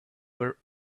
were